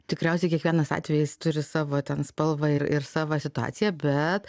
tikriausiai kiekvienas atvejis turi savo ten spalvą ir ir savo situaciją bet